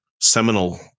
seminal